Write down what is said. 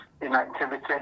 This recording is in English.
inactivity